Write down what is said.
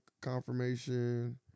confirmation